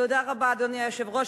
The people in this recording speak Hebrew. תודה רבה, אדוני היושב-ראש.